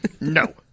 No